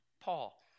Paul